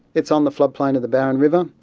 it's on the flood plain of the barron river.